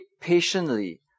patiently